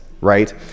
right